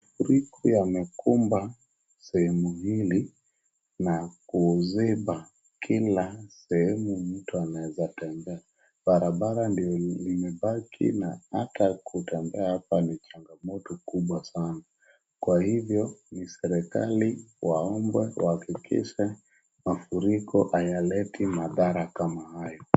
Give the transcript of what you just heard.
Mafuriko yamekumba sehemu hili na kuziba kila sehemu mtu anaeza tembea. Barabara ndio imebaki na hata kutembea hapa ni changamoto kubwa sana. Kwa hivyo ni serikali waombwe kuhakikisha mafuriko hayaleti madhara kama haya.